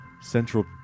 central